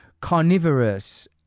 carnivorous